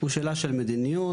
הוא שאלה של מדיניות,